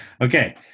Okay